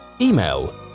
Email